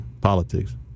Politics